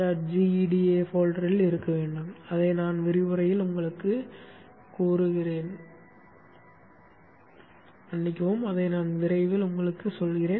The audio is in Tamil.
gEDA போல்டரில் இருக்க வேண்டும் அதை நான் விரைவில் உங்களுக்குச் சொல்கிறேன்